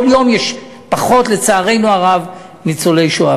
כל יום יש פחות, לצערנו הרב, ניצולי שואה.